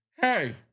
hey